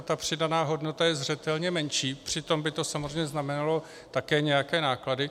Ta přidaná hodnota je zřetelně menší, přitom by to samozřejmě znamenalo také nějaké náklady.